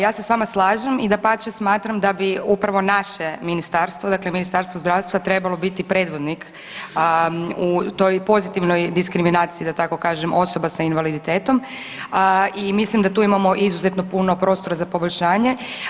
Ja se s vama slažem i dapače smatram da bi upravo naše ministarstvo, dakle Ministarstvo zdravstva trebalo biti predvodnik u toj pozitivnoj diskriminaciji da tako kažem osoba sa invaliditetom i mislim da tu imamo izuzetno puno prostora za poboljšanje.